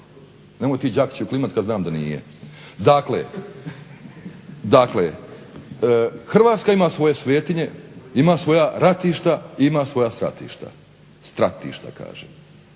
Nemoj ti Đakiću klimat kad znam da nije. Dakle, hrvatska ima svoje svetinje, ima svoja ratišta i ima svoja stratišta. Stratišta kažem.